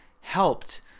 helped